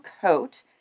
coat